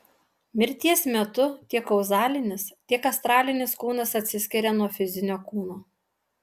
mirties metu tiek kauzalinis tiek astralinis kūnas atsiskiria nuo fizinio kūno